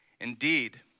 indeed